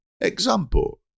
example